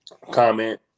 Comment